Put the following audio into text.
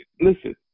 listen